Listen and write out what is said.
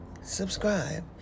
subscribe